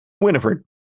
Winifred